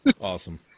Awesome